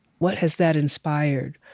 what has that inspired?